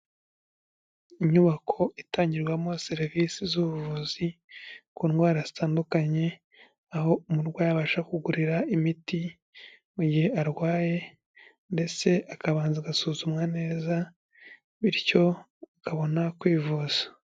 Inyubako itangirwamo serivisi z'ubuvuzi ku ndwara zitandukanye, aho umurwayi abasha kugurira imiti mu gihe arwaye, ndetse akabanza agasuzumwa neza bityo akabona kwivuza.